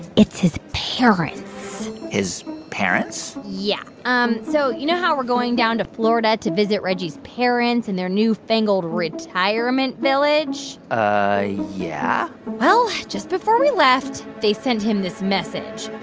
it's his parents his parents? yeah. um so you know how we're going down to florida to visit reggie's parents and their new-fangled retirement village? yeah well, just before we left, they sent him this message.